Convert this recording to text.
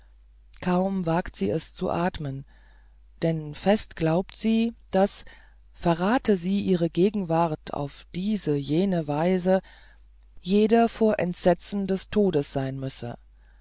kaum wagt sie es zu atmen denn fest glaubt sie daß verrate sie ihre gegenwart auf diese jene weise jeder vor entsetzen des todes sein müsse